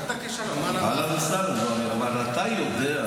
רק בדרכי שלום, אהלן וסהלן, אבל אתה יודע,